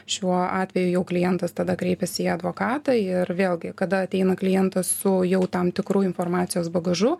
šiuo atveju jau klientas tada kreipiasi į advokatą ir vėlgi kada ateina klientas su jau tam tikru informacijos bagažu